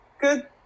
good